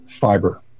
fiber